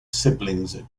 siblings